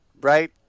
right